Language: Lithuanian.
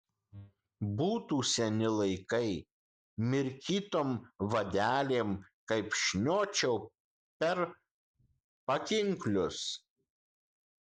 būtų seni laikai mirkytom vadelėm kaip šniočiau per pakinklius